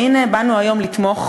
והנה באנו היום לתמוך